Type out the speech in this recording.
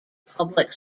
public